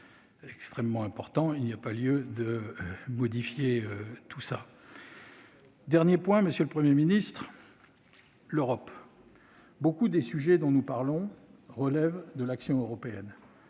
extrêmement important, il n'y a pas lieu de modifier le processus. Mon dernier point, monsieur le Premier ministre, porte sur l'Europe. Beaucoup des sujets dont nous parlons relèvent de l'action européenne.